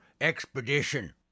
Expedition